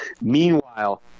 meanwhile